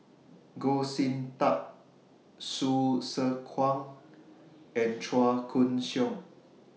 Goh Sin Tub Hsu Tse Kwang and Chua Koon Siong